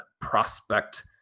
prospect